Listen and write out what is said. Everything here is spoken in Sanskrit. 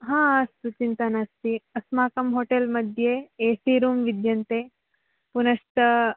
हा अस्तु चिन्ता नास्ति अस्माकं होटेल्मध्ये एसि रूम् विद्यन्ते पुनश्च